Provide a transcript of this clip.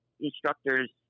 instructors